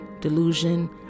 delusion